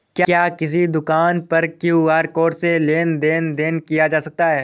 क्या किसी दुकान पर क्यू.आर कोड से लेन देन देन किया जा सकता है?